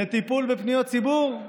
לטיפול בפניות ציבור?